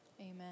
Amen